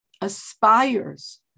aspires